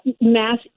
mass